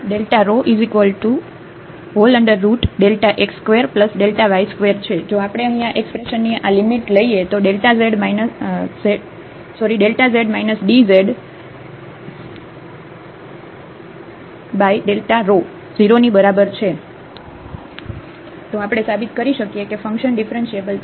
જો આપણે અહીં આ એક્સપ્રેશનની આ લિમિટ લઈએ તો z dz 0 ની બરાબર છે તો આપણે સાબિત કરી શકીએ કે ફંક્શન ડિફરન્ટિએબલ છે